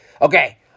Okay